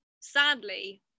sadly